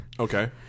Okay